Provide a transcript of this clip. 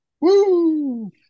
Woo